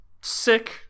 sick